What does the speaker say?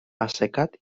assecat